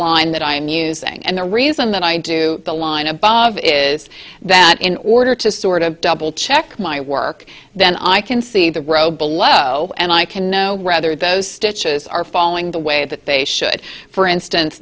line that i'm using and the reason that i do the line above is that in order to sort of double check my work then i can see the row below and i can know whether those stitches are following the way that they should for instance